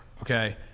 okay